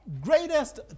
greatest